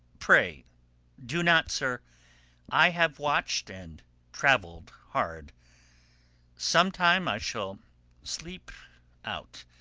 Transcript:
pray do not, sir i have watch'd, and travell'd hard some time i shall sleep out,